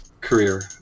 career